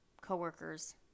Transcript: coworkers